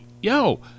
yo